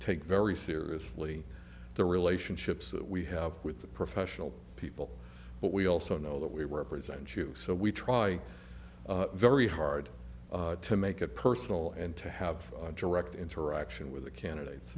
take very seriously the relationships that we have with the professional people but we also know that we represent you so we try very hard to make it personal and to have direct interaction with the candidates